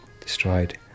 destroyed